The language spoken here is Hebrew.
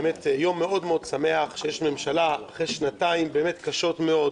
יום מאוד-מאוד שמח שיש ממשלה אחרי שנתיים קשות מאוד,